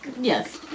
Yes